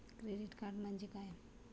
Credit card म्हणजे काय?